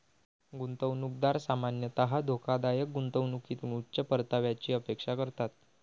गुंतवणूकदार सामान्यतः धोकादायक गुंतवणुकीतून उच्च परताव्याची अपेक्षा करतात